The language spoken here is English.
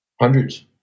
Hundreds